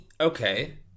Okay